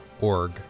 org